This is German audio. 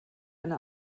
eine